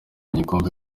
igikombe